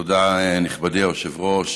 תודה, נכבדי היושב-ראש.